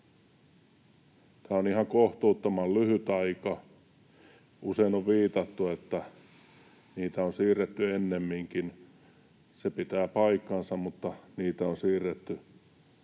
Tämä on ihan kohtuuttoman lyhyt aika. Usein on viitattu siihen, että niitä on siirretty ennenkin — se pitää paikkansa, mutta niitä on siirretty